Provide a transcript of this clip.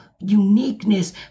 uniqueness